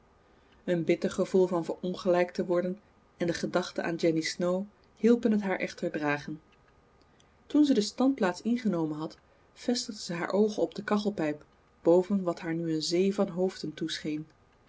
een bitter gevoel van verongelijkt te worden en de gedachte aan jenny snow hielpen het haar echter dragen toen ze de standplaats ingenomen had vestigde ze haar oogen op de kachelpijp boven wat haar nu een zee van hoofden toescheen